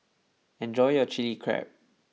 enjoy your Chilli Crab